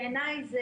בעיניי זה